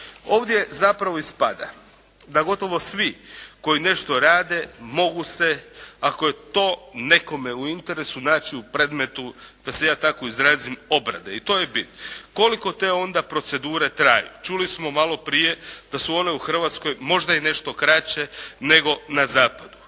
Ovdje zapravo ispada da gotovo svi koji nešto rade mogu se ako je to nekome u interesu naći u predmetu da se ja tako izrazim obrade i to je bit. Koliko te onda procedure traju. Čuli smo malo prije da su one u Hrvatskoj možda i nešto kraće nego na zapadu.